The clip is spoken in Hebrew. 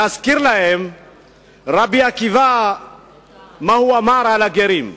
ולהזכיר להם מה אמר רבי עקיבא על הגרים: